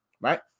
right